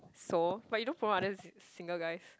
so but you don't promote other s~ single guys